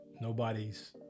nobody's